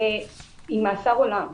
העונש הוא מאסר עולם.